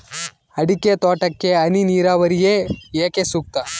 ಅಡಿಕೆ ತೋಟಕ್ಕೆ ಹನಿ ನೇರಾವರಿಯೇ ಏಕೆ ಸೂಕ್ತ?